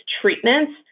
treatments